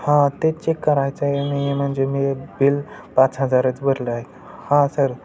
हां ते चेक करायचं आहे नाही म्हणजे मी बिल पाच हजारच भरलं आहे हां सर